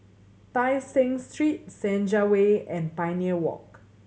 Tai Seng Street Senja Way and Pioneer Walk